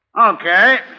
Okay